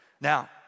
Now